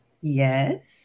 Yes